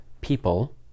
people